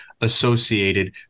associated